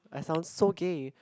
I sound so gay